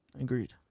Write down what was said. Agreed